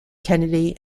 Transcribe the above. kennedy